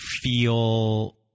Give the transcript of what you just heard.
feel